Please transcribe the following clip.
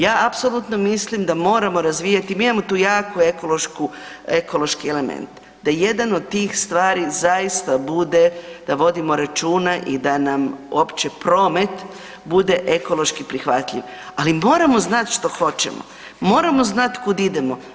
Ja apsolutno mislim da moramo razvijati, mi imao tu jaku ekološku, ekološki element, da jedan od tih stvari zaista bude da vodimo računa i da nam uopće promet bude ekološki prihvatljiv, ali moramo znati što hoćemo, moramo znati kud idemo.